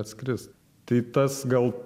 atskrist tai tas gal